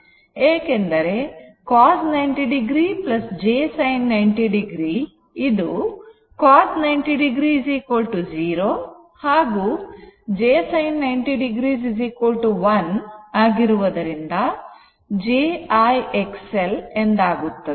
ಏಕೆಂದರೆ cos 90 o j sin 90 o ಇದು cos 90 0 ಹಾಗೂ j sin 90 1 ಆಗಿರುವುದರಿಂದ j I XL ಎಂದಾಗುತ್ತದೆ